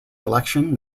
election